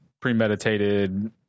premeditated